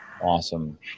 awesome